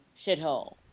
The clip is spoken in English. shithole